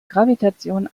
gravitation